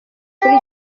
kuri